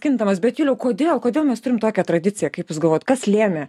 kintamos bet juliau kodėl kodėl mes turim tokią tradiciją kaip jūs galvojat kas lėmė